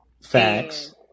Facts